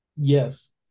yes